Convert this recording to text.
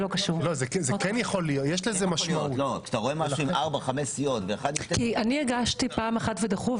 כי אני ניסיתי פעם ודחו,